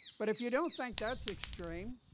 but if you don't think that's extreme,